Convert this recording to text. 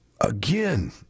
Again